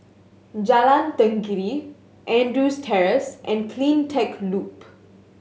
Jalan Tenggiri Andrews Terrace and Cleantech Loop